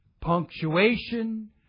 Punctuation